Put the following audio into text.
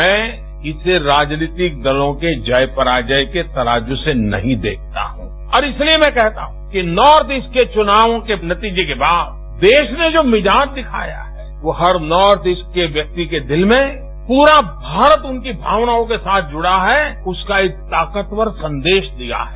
मैं इसे राजनीतिक दलों के जय पराजय के तराजू से ँनहीं देखता हूं और इसलिए मैं कहता हूं कि नॉर्थ ईस्ट के चूनावों के नतीजे के बाद देश ने जो मिजाज देखाया है वह हर नॉर्थ ईस्ट व्यक्ति के दिल में प्ररा भारत उनकी भावनाओं के साथ जुड़ा है उसका एक ताकतवर संदेश दिया है